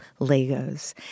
Legos